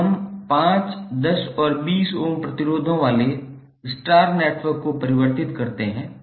अब हम 5 10 और 20 ओम प्रतिरोधों वाले स्टार नेटवर्क को परिवर्तित करते हैं